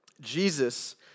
Jesus